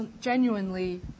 genuinely